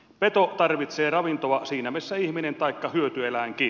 peto tarvitsee ravintoa siinä missä ihminen taikka hyötyeläinkin